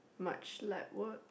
much lab work